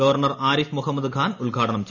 governor Arif Muhammad Khan ഉദ്ഘാടനം ചെയ്യം